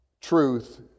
truth